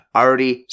already